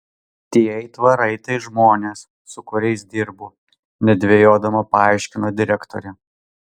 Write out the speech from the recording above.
tie aitvarai tai žmonės su kuriais dirbu nedvejodama paaiškino direktorė